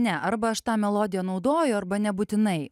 ne arba aš tą melodiją naudoju arba nebūtinai